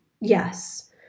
yes